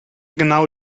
genau